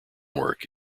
work